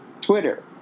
Twitter